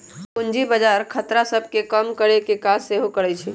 पूजी बजार खतरा सभ के कम करेकेँ काज सेहो करइ छइ